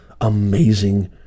amazing